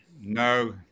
no